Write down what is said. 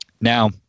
Now